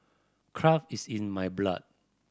craft is in my blood